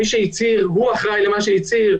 מי שהצהיר הוא אחראי למה שהצהיר.